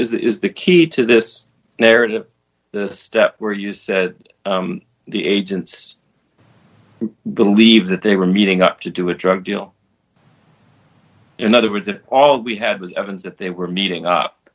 grimm is the key to this narrative the step where you said the agents believed that they were meeting up to do a drug deal in other words that all we had was evidence that they were meeting up